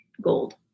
gold